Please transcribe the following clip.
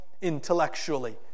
intellectually